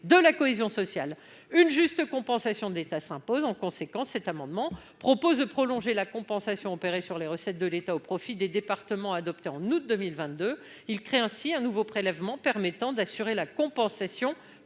de la cohésion sociale. Une juste compensation de l'État s'impose. En conséquence, cet amendement prévoit de prolonger la compensation opérée sur les recettes de l'État au profit des départements qui a été adoptée au mois d'août 2022. Il tend ainsi à créer un nouveau prélèvement permettant d'assurer une telle compensation